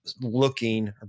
looking